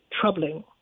troubling